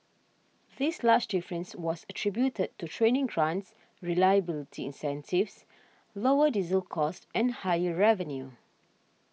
this large difference was attributed to training grants reliability incentives lower diesel costs and higher revenue